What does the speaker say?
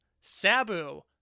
Sabu